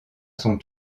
son